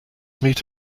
meet